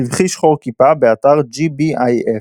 סבכי שחור-כיפה, באתר GBIF